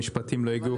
משרד המשפטים לא הגיע,